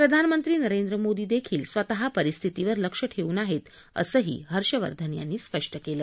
प्रधानमंत्री नरेंद्र मोदी देखील स्वतः परिस्थितीवर लक्ष ठेवून आहेत असंही हर्षवर्धन यांनी स्पष्ट केलं